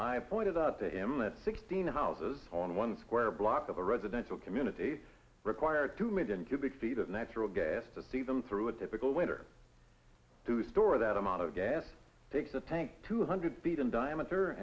i pointed out to him that sixteen houses on one square block of a residential community require two million cubic feet of natural gas to see them through a difficult winter to store that amount of gas takes the tank two hundred feet in diameter